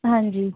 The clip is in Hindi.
हाँ जी